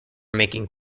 making